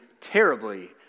terribly